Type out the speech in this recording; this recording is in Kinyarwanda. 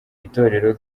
itorero